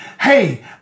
hey